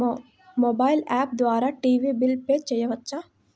Mobile app ద్వారా TV bill pay చేయవచ్చా?